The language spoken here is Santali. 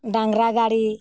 ᱰᱟᱝᱨᱟ ᱜᱟᱹᱲᱤ